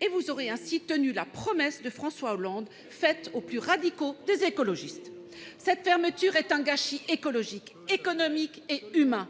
et vous aurez ainsi tenu la promesse de François Hollande faite aux plus radicaux des écologistes. Cette fermeture est un gâchis écologique, économique et humain.